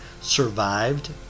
survived